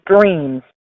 dreams